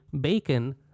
Bacon